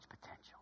potential